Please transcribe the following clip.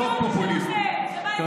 בהצעת חוק פופוליסטית, זה בהסכם הקואליציוני.